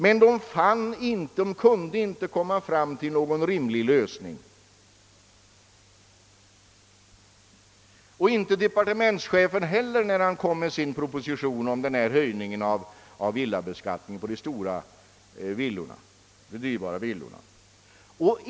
Men utredningen kunde inte komma fram till någon rimlig lösning. Inte heller kunde departementschefen framlägga förslag till någon sådan lösning i propositionen om villabeskattningen av de stora dyrbara villorna.